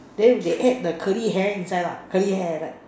then they add the curly hair inside lah curly hair right